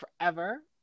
forever